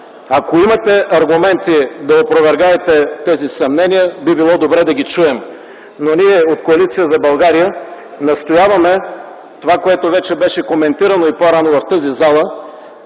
Ако имате аргументи да опровергаете тези съмнения, би било добре да ги чуем, но ние от Коалиция за България настояваме онова, което вече беше коментирано в тази зала,